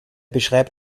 beschreibt